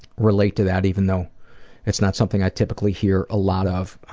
relate to that even though it's not something i typically hear a lot of,